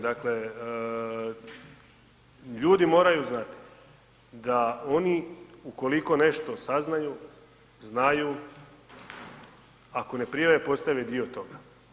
Dakle, ljudi moraju znati da oni ukoliko nešto saznaju, znaju, ako ne prijave, postaju i dio toga.